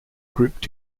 grouped